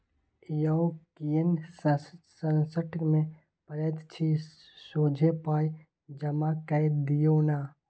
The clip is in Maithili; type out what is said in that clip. यौ किएक झंझट मे पड़ैत छी सोझे पाय जमा कए दियौ न